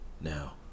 Now